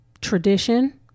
tradition